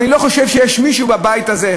אני לא חושב שיש מישהו בבית הזה,